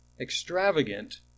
extravagant